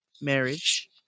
marriage